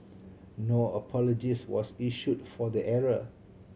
no apologies was issued for the error